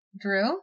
Drew